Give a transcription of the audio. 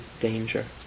danger